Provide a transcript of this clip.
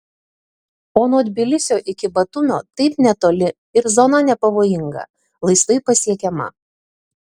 o nuo tbilisio iki batumio taip netoli ir zona nepavojinga laisvai pasiekiama